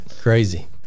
Crazy